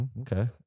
okay